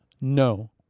No